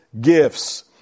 gifts